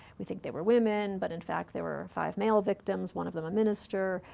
we think they were women, but in fact there were five male victims, one of them a minister.